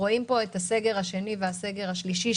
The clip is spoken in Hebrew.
רואים פה את הסגר השני והסגר השלישי,